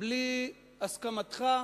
בלי הסכמתך,